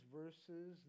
verses